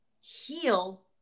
heal